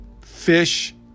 Fish